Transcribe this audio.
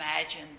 imagine